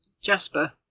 Jasper